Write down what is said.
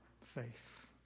faith